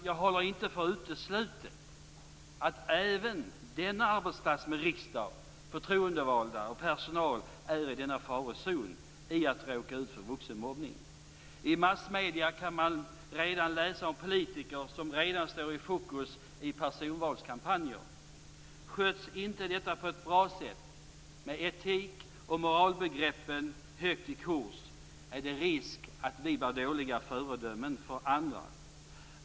Jag håller inte för uteslutet att även denna arbetsplats - riksdag, förtroendevalda och personal - är i denna farozon och kan råka ut för vuxenmobbning. I massmedierna kan man läsa om politiker som redan står i fokus i personvalskampanjer. Sköts inte detta på ett bra sätt, med etik och moralbegreppen högt i kurs, är det risk att vi blir dåliga föredömen för andra.